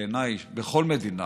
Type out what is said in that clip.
בעיניי, בכל מדינה,